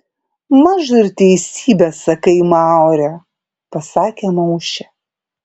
mažu ir teisybę sakai maure pasakė maušė